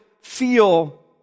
feel